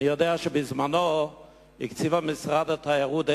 אני יודע שבזמנו הקציב משרד התיירות,